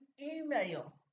email